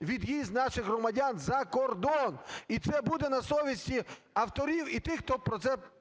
від'їзд наших громадян за кордон, і це буде на совісті авторів і тих, хто про це голосувати